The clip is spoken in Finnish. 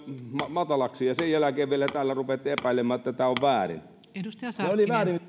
matalaksi ja sen jälkeen vielä täällä rupeatte epäilemään että tämä on väärin se oli väärin